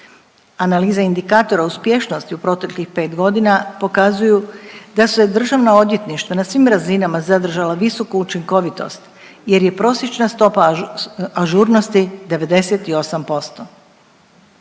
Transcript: Analiza indikatora uspješnosti u proteklih 5.g. pokazuju da su državna odvjetništva na svim razinama zadržala visoku učinkovitost jer je prosječna stopa ažurnosti 98%.